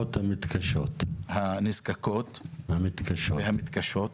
למשפחות הנזקקות והמתקשות.